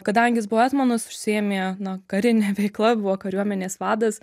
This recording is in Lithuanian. kadangi jis buvo etmonas užsiėmė na karine veikla buvo kariuomenės vadas